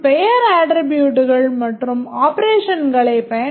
பெயருடன் கொண்ட ஆப்பரேஷன்ஸ் என்ன